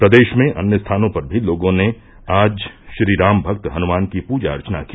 प्रदेश में अन्य स्थानों पर भी लोगों ने आज श्री राम भक्त हनुमान की पूजा अर्चना की